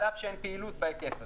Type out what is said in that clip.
על אף שאין פעילות בהיקף הזה.